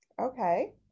Okay